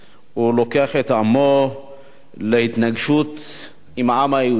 הוא לוקח את עמו להתנגשות עם העם היהודי,